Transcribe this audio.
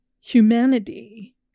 humanity